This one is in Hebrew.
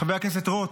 חבר הכנסת רוט?